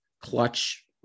clutch